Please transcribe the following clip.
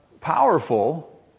powerful